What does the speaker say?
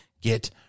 get